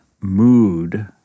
mood